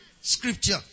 scripture